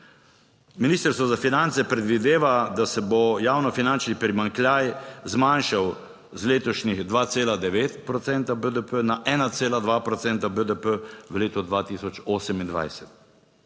Ministrstvo za finance predvideva, da se bo javnofinančni primanjkljaj zmanjšal z letošnjih 2,9 procenta BDP na 1,2 procenta BDP v letu 2028,